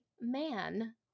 man